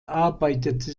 arbeitete